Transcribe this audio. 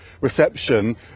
reception